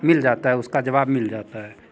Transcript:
मिल जाता है उसका जवाब मिल जाता है